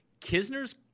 Kisner's